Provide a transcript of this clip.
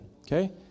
okay